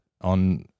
on